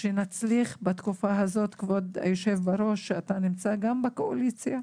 כבוד היו"ר, שגם נמצא בקואליציה,